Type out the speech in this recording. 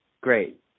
Great